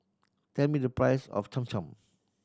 tell me the price of Cham Cham